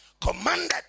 Commanded